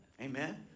Amen